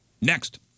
next